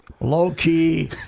Low-key